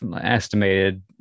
estimated